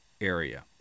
area